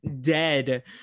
dead